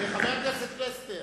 חבר הכנסת פלסנר,